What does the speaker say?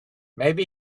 maybe